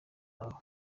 aho